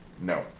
No